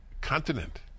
continent